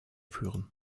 führen